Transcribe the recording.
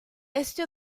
este